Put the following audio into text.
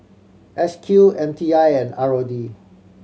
S Q M T I and R O D